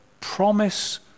promise